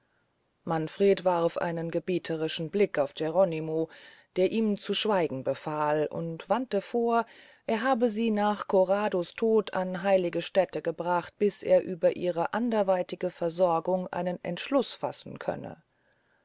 manfred warf einen gebieterischen blick auf geronimo der ihm zu schweigen befahl und wandte vor er habe sie nach corrado's tod an heilige stäte gebracht bis er über ihre anderweitige versorgung einen entschluß fassen könne